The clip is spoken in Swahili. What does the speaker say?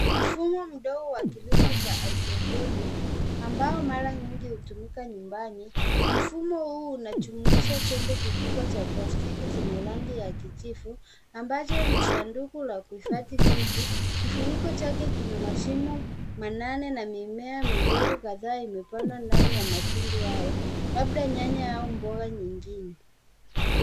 Mfumo mdogo wa kilimo cha Hydroponic ambao mara nyingi hutumika nyumbani. Mfumo huu unajumuisha chombo kikubwa cha plastiki chenye rangi ya kijivu ambacho ni sanduku la kuhifadhi vitu. Kifuniko chake kina mashimo manane na mimea midogo kadhaa imepandwa ndani ya matundu hayo labda nyanya au mboga nyingine.